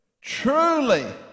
truly